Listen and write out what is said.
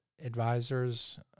advisors